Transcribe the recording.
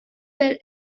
were